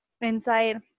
inside